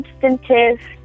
substantive